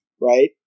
right